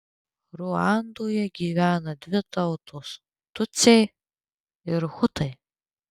ruandoje gyvena dvi tautos tutsiai ir hutai